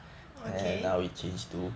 okay